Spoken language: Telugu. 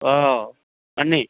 అన్నీ